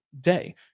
day